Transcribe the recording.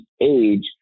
age